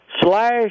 slash